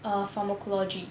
err pharmacology